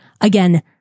again